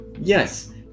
Yes